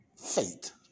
faith